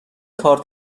کارت